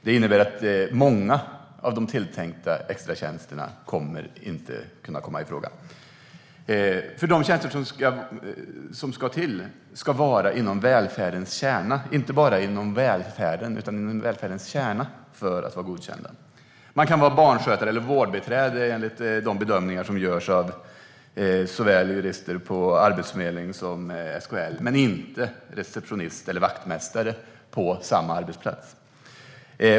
Det innebär att många av de tilltänkta extratjänsterna inte kommer att kunna komma i fråga. De tjänster som ska till ska nämligen vara inom välfärdens kärna - inte bara inom välfärden utan inom välfärdens kärna - för att vara godkända. Man kan vara barnskötare eller vårdbiträde, enligt de bedömningar som görs av såväl jurister på Arbetsförmedlingen som SKL. Men man kan inte vara receptionist eller vaktmästare på samma arbetsplats.